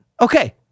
Okay